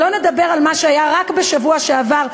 לא נדבר על מה שהיה רק בשבוע שעבר,